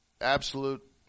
absolute